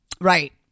Right